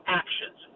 actions